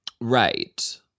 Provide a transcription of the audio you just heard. Right